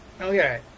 okay